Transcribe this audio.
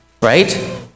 right